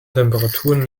temperaturen